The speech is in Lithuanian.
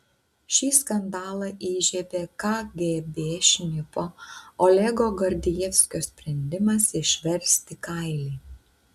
šį skandalą įžiebė kgb šnipo olego gordijevskio sprendimas išversti kailį